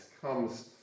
comes